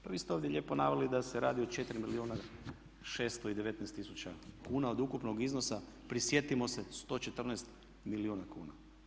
Pa vi ste ovdje lijepo naveli da se radi o 4 milijuna 619 tisuća kuna od ukupnog iznosa, prisjetimo se 114 milijuna kuna.